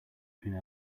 between